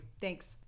thanks